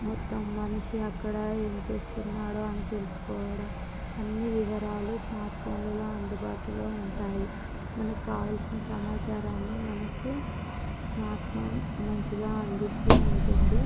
మొత్తం మనిషి అక్కడ ఏం చేస్తున్నాడో అని తెలుసుకోవడం అన్నీ వివరాలు స్మార్ట్ ఫోన్లలో అందుబాటులో ఉంటాయి మనకు కావలసిన సమాచారాన్ని మనకి స్మార్ట్ ఫోన్ మంచిగా అందిస్తూ ఉంటుంది